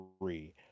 three